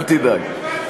אל תדאג.